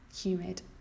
humid